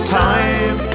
time